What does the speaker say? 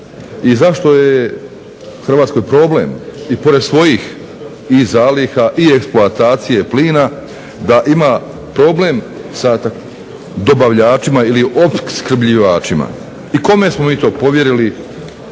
i zašto je u Hrvatskoj problem i pored svojih i zaliha i eksploatacije plina da ima problem sa dobavljačima, ili opskrbljivačima, i kome smo mi to povjerili